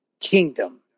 kingdom